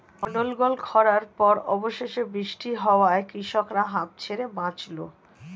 অনর্গল খড়ার পর অবশেষে বৃষ্টি হওয়ায় কৃষকরা হাঁফ ছেড়ে বাঁচল